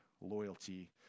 loyalty